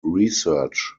research